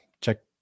check